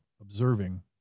observing